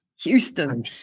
Houston